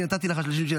כי נתתי לך 30 שניות,